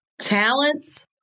talents